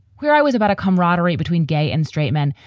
where i was about a camaraderie between gay and straight men.